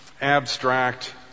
abstract